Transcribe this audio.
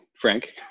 Frank